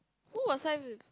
who was I with